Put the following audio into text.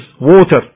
water